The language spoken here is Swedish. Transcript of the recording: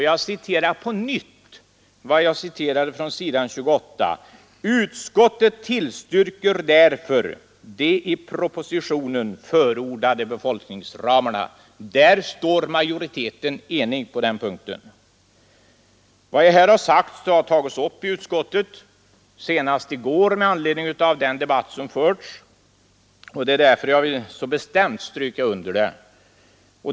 Jag citerar ytterligare en gång från s. 28 i betänkandet: ”Utskottet tillstyrker därför de i propositionen förordade befolkningsramarna.” På den punkten står majoriteten enig. Vad jag här berört har tagits upp i utskottet, senast i går med anledning av den debatt som förts. Det är därför jag så bestämt vill stryka under det.